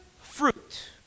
fruit